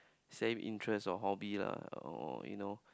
same interest or hobby lah or you know